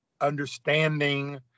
understanding